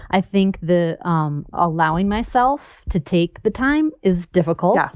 i think the um allowing myself to take the time is difficult. yeah